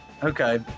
Okay